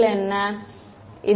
மாணவர் அழுகும்